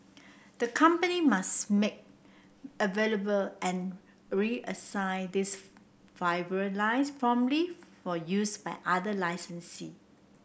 the company must make available and reassign these fibre lines promptly for use by other licensee